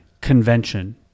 convention